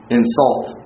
insult